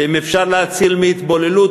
ואם אפשר להציל מהתבוללות,